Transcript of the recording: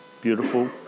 beautiful